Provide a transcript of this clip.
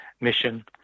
mission